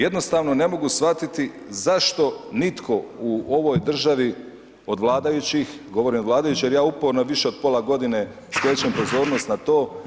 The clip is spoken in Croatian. Jednostavno ne mogu shvatiti zašto nitko u ovoj državi od vladajućih, govorim od vladajućih jer ja uporno više od pola godine skrećem pozornost na to.